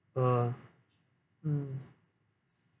ah mm